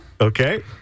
okay